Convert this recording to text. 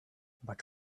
but